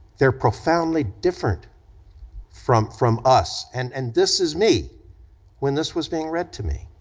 they're profoundly different from from us, and and this is me when this was being read to me,